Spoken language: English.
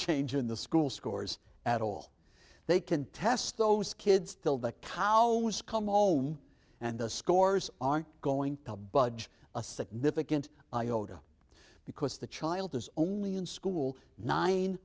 change in the school scores at all they can test those kids till the cows come home and the scores aren't going to budge a significant iota because the child is only in school nine